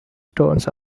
stones